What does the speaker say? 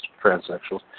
transsexuals